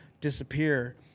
disappear